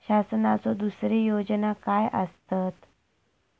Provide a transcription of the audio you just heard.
शासनाचो दुसरे योजना काय आसतत?